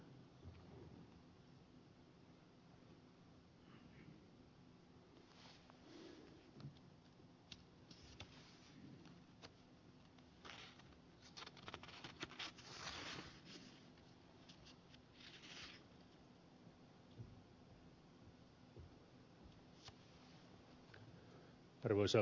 arvoisa puhemies